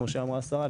כמו שאמרה השרה,